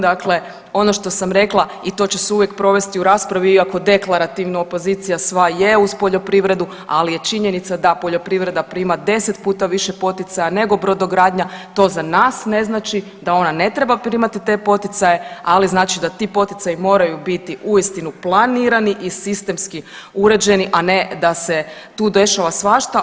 Dakle, ono što sam rekla i to će se uvijek provesti u raspravi iako deklarativno opozicija sva je uz poljoprivredu, ali je činjenica da poljoprivreda prima 10 puta više poticaja nego brodogradnja, to za nas ne znači da ona ne treba primati te poticaje, ali znači da ti poticaji moraju biti uistinu planirani i sistemski uređeni, a ne da se tu dešava svašta.